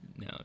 No